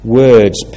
words